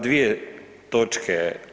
Dvije točke.